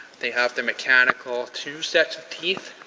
they have the mechanical two sets of teeth.